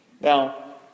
Now